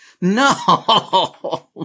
No